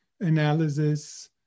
Analysis